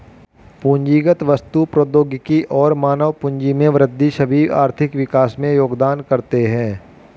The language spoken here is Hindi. पूंजीगत वस्तु, प्रौद्योगिकी और मानव पूंजी में वृद्धि सभी आर्थिक विकास में योगदान करते है